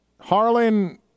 Harlan